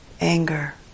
anger